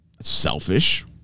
Selfish